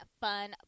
fun